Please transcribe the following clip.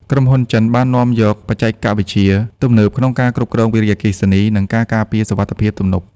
ក្រុមហ៊ុនចិនបាននាំយកបច្ចេកវិទ្យាទំនើបក្នុងការគ្រប់គ្រងវារីអគ្គិសនី និងការការពារសុវត្ថិភាពទំនប់។